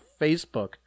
Facebook